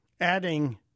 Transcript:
Adding